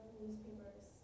newspapers